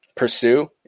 Pursue